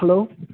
hello